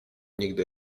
nigdy